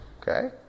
okay